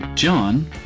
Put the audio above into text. John